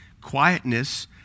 quietness